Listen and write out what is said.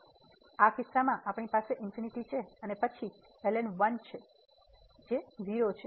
તેથી આ કિસ્સામાં આપણી પાસે ∞ છે અને પછી ln 1 તેથી 0